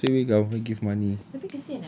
they come out straightaway government give money